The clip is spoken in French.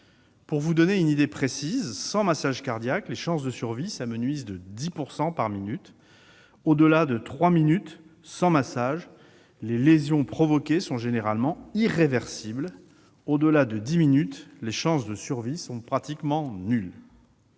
veux vous en donner une idée précise : sans massage cardiaque, les chances de survie s'amenuisent de 10 % par minute. Au-delà de trois minutes sans massage, les lésions provoquées sont généralement irréversibles. Au-delà de dix minutes, les chances de survie sont pratiquement nulles.